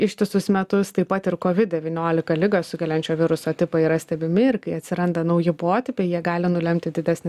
ištisus metus taip pat ir kovid devyniolika ligą sukeliančio viruso tipai yra stebimi ir kai atsiranda nauji potipiai jie gali nulemti didesnį